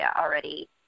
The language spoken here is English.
already